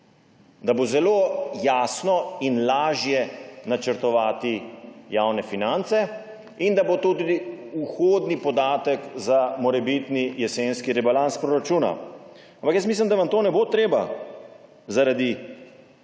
da bo zelo jasno in lažje načrtovati javne finance in da bo tudi vhodni podatek za morebitni jesenski rebalans proračuna. Ampak mislim, da vam tega ne bo treba zaradi